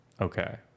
Okay